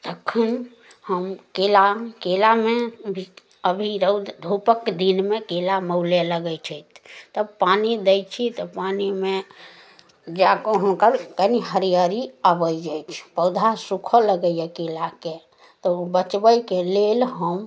तखन हम केला केलामे भी अभी रौद धूपक दिनमे केला मौलाय लगय छथि तब पानि दै छी तऽ पानिमे जाकऽ हुनकर कनि हरियरी अबय अछि पौधा सुखऽ लगैए केलाके तऽ ओ बचबयके लेल हम